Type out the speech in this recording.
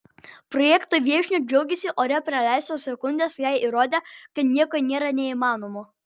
projekto viešnia džiaugėsi ore praleistos sekundės jai įrodė kad nieko nėra neįmanomo